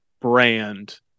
brand